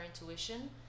intuition